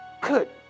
Good